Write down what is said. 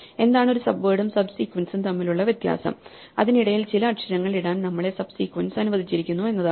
എന്താണ് ഒരു സബ്വേഡും സബ് സീക്വൻസും തമ്മിലുള്ള വ്യത്യാസം അതിനിടയിൽ ചില അക്ഷരങ്ങൾ ഇടാൻ നമ്മളെ സബ് സീക്വൻസ് അനുവദിച്ചിരിക്കുന്നു എന്നതാണ്